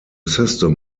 system